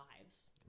lives